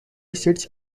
sits